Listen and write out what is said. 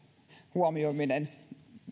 huomioiminen